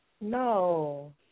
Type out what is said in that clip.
No